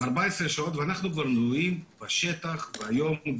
14 שעות ואנחנו כבר --- בשטח ביום,